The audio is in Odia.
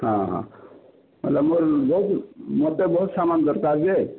ହଁ ହଁ ହେଲେ ମୋର୍ ବହୁତ୍ ମତେ ବହୁତ୍ ସାମାନ୍ ଦରକାର୍ ଯେ